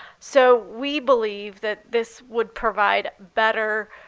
so we believe that this would provide better